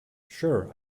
sure